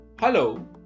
Hello